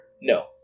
No